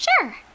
Sure